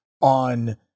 on